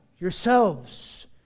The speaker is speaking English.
yourselves